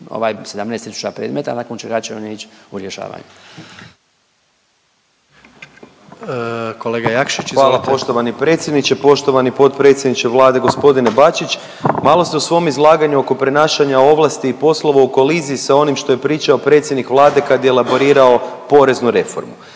Gordan (HDZ)** Kolega Jakšić izvolite. **Jakšić, Mišel (SDP)** Hvala poštovani predsjedniče. Poštovani podpredsjedniče Vlade gospodine Bačić. Malo ste u svom izlaganju oko prenašanja ovlasti i poslova u koliziji sa onim što je pričao predsjednik Vlade kad je laborirao poreznu reformu.